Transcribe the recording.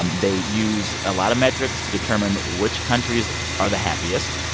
um they use a lot of metrics to determine which countries are the happiest.